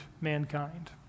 mankind